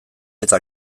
eta